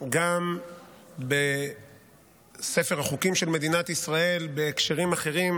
גם בספר החוקים של מדינת ישראל בהקשרים אחרים,